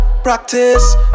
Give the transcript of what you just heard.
Practice